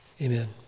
Amen